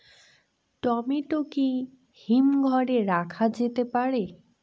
Tomato কি হিমঘর এ রাখা যেতে পারে?